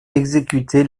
exécuter